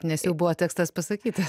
nes jau buvo tekstas pasakytas